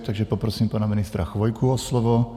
Takže poprosím pana ministra Chvojku o slovo.